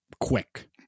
quick